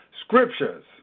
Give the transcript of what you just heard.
Scriptures